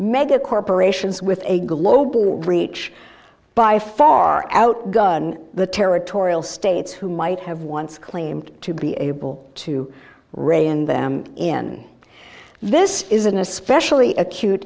mega corporations with a global reach by far out gun the territorial states who might have once claimed to be able to rein in them in this is an especially acute